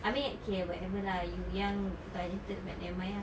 I mean okay lah whatever you young but never mind ah